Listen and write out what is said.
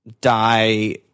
die